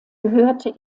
gehörte